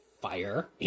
fire